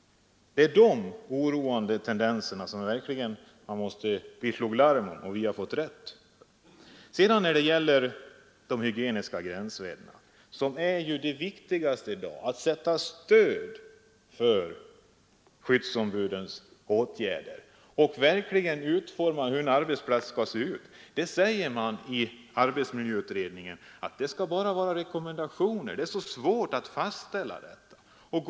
Det var dessa oroväckande tendenser de slog larm om, och där har vi ju fått rätt nu. När det sedan gäller de hygieniska gränsvärdena är det viktigaste i dag att stödja skyddsombudens förslag till åtgärder och att verkligen slå fast hur en arbetsplats skall vara utformad. Arbetsmiljöutredningen säger att det är så svårt att fastställa dessa saker, så där skall det bara finnas rekommendationer.